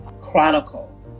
chronicle